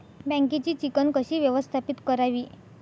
बँकेची चिकण कशी व्यवस्थापित करावी?